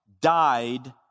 died